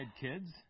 kids